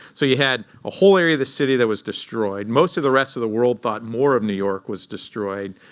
so you had a whole area of the city that was destroyed. most of the rest of the world thought more of new york was destroyed.